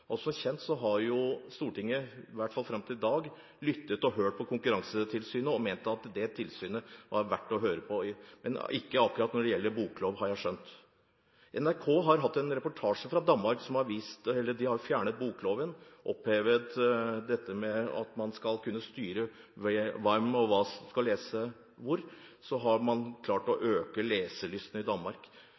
Som kjent har Stortinget, i hvert fall fram til i dag, lyttet til Konkurransetilsynet og ment at det tilsynet var verd å høre på – men ikke akkurat når det gjelder boklov, har jeg skjønt. NRK har hatt en reportasje fra Danmark. Ved at de har fjernet bokloven, opphevet dette med at man skal kunne styre hvem og hva som skal leses hvor, har man klart å øke leselysten for billige bøker i Danmark,